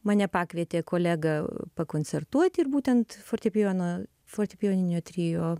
mane pakvietė kolega pakoncertuoti ir būtent fortepijono fortepijoninio trio